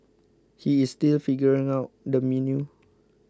he is still figuring out the menu